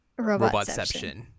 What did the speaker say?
Robotception